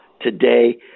today